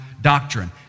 doctrine